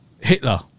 hitler